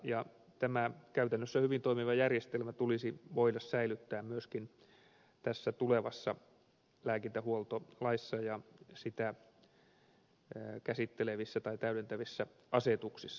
tämä käytännössä hyvin toimiva järjestelmä tulisi voida säilyttää myöskin tässä tulevassa lääkintähuoltolaissa ja sitä käsittelevissä tai täydentävissä asetuksissa